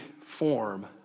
form